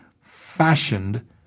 fashioned